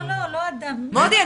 משרד החינוך --- מודי,